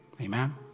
Amen